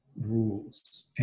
rules